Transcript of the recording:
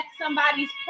somebody's